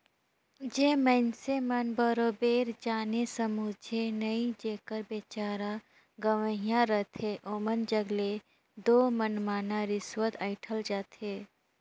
जेन मइनसे मन बरोबेर जाने समुझे नई जेकर बिचारा गंवइहां रहथे ओमन जग ले दो मनमना रिस्वत अंइठल जाथे